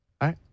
right